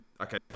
okay